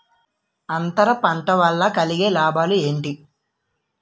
అంతర పంట వల్ల కలిగే లాభాలు ఏంటి